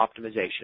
optimization